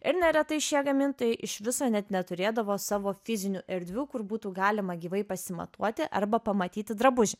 ir neretai šie gamintojai iš viso net neturėdavo savo fizinių erdvių kur būtų galima gyvai pasimatuoti arba pamatyti drabužį